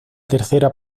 tercera